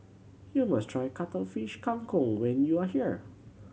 you must try Cuttlefish Kang Kong when you are here